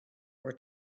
were